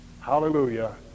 Hallelujah